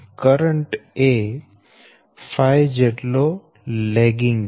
current એ ɸ જેટલો lagging છે